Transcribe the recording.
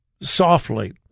softly